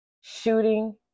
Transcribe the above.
shooting